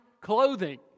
clothing